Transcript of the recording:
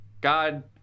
God